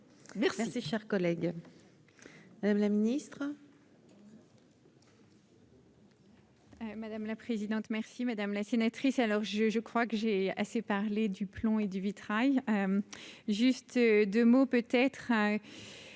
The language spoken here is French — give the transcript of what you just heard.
Merci, chers collègue, Madame la Ministre. Madame la présidente, merci madame la sénatrice alors je je crois que j'ai assez parlé du plomb et du vitrail, juste 2 mots peut-être